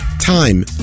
Time